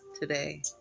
today